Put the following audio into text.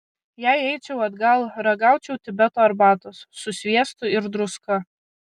jei eičiau atgal ragaučiau tibeto arbatos su sviestu ir druska